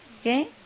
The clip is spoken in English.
okay